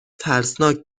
ترسناک